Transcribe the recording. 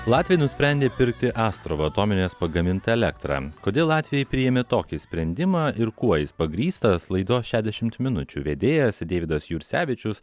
latviai nusprendė pirkti astravo atominės pagamintą elektrą kodėl latviai priėmė tokį sprendimą ir kuo jis pagrįstas laidos šedešimt minučių vedėjas deividas jursevičius